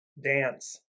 dance